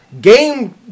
game